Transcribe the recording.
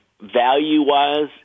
value-wise